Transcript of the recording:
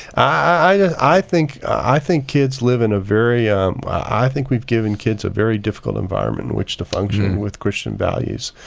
i think i think kids live in very um i think we've given kids a very difficult world in which to function with christian values,